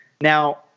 Now